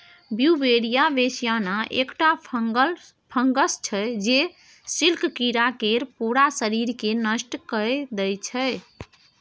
Beauveria bassiana एकटा fungus छै जे सिल्क कीरा केर पुरा शरीरकेँ नष्ट कए दैत छै